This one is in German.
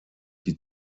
die